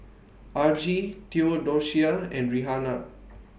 Argie Theodocia and Rihanna